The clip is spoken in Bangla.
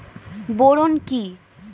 বোরন কি?